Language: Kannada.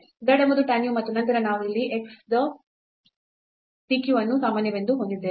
z ಎಂಬುದು tan u ಮತ್ತು ನಂತರ ನಾವು ಇಲ್ಲಿ x the sec u ಅನ್ನು ಸಾಮಾನ್ಯವೆಂದು ಹೊಂದಿದ್ದೇವೆ